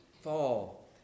fall